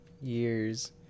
Years